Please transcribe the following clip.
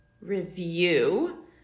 review